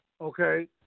Okay